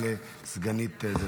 הודעה לסגנית.